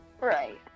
Right